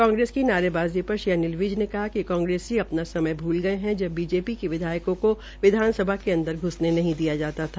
कांग्रेस की नारे ाज़ी पर श्री अनिल विज ने कहा कि कांग्रेसी अपना सयम भूल गये है ज पीजेपी के विधायक को विधानसभा के अंदर घुमने नहीं दिया जाता था